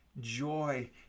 joy